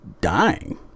dying